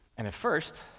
and at first,